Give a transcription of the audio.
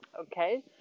Okay